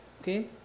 Okay